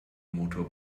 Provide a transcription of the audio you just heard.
motor